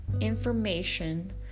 information